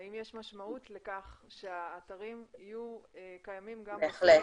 האם יש משמעות לכך שהאתרים יהיו קיימים גם בסלולר?